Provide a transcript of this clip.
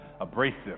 abrasive